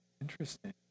Interesting